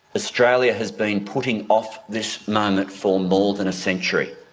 australia has been putting off this moment for more than a century.